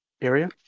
area